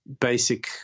basic